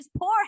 poor